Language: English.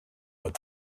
but